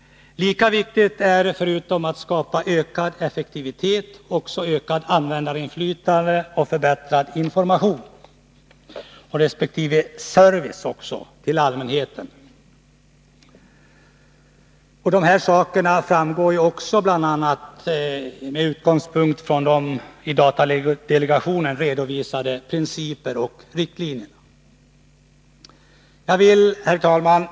Lika viktigt som att skapa ökad effektivitet är det att skapa ökat användarinflytande samt förbättrad information och service till allmänheten. Detta framgår bl.a. av de av datadelegationen redovisade principerna och riktlinjerna. Herr talman!